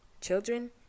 children